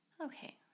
Okay